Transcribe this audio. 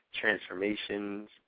transformations